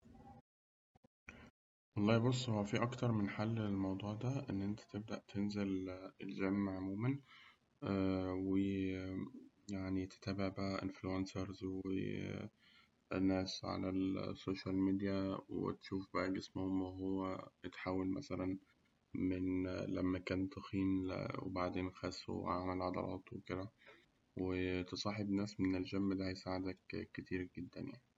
والله بص هو فيه أكتر من حل للموضوع ده إن أنت تبدأ تنزل الجيم عموماً و يعني تتابع بقى إنفلونسرز و وناس على السوشيال ميديا وتشوف بقى جسمهم وهو اتحول مثلاً لما كان تخين وبعدين خس وعمل عضلات وكده، وتضاحب ناس من الجيم ده هيساعدك كتير جداً يعني.